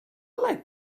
like